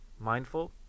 mindful